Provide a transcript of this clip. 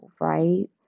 right